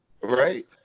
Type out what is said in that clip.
Right